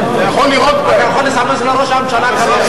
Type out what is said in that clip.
מי בעד?